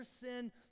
sin